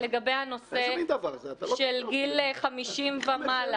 לגבי הנושא של גיל 50 ומעלה